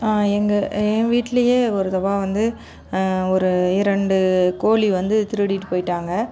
எங்கள் என் வீட்லையே ஒரு தவா வந்து ஒரு இரண்டு கோழி வந்து திருடிகிட்டு போய்விட்டாங்க